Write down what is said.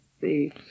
see